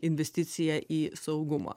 investicija į saugumą